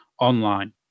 online